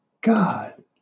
God